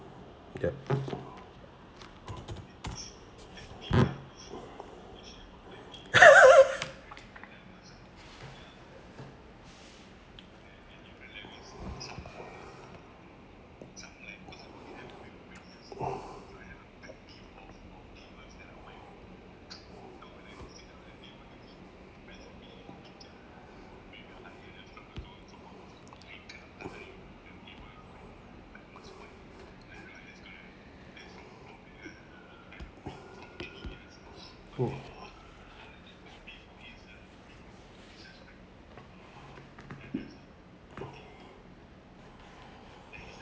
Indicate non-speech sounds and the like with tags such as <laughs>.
yup <laughs>